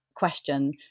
Question